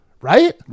right